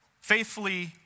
faithfully